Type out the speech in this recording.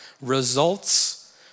results